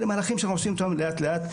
אלה מהלכים שאנחנו עושים אותם לאט לאט.